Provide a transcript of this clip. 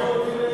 נכון.